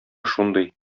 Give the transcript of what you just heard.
шундый